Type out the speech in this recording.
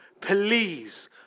please